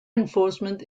enforcement